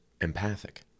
empathic